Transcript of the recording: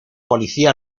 policía